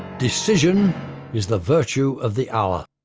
decision is the virtue of the hour.